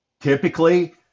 Typically